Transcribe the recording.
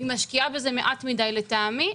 היא משקיעה בזה מעט מדי לטעמי.